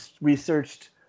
researched